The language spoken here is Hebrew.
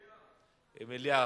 מליאה.